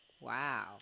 Wow